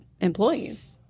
employees